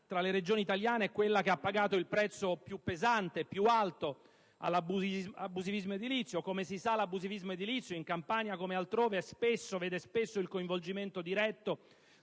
tra le Regioni italiane, quella che ha pagato il prezzo più pesante, più alto all'abusivismo edilizio. Come si sa, l'abusivismo edilizio, in Campania come altrove, vede spesso il coinvolgimento diretto